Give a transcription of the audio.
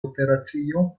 operacio